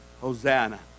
Hosanna